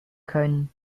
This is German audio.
können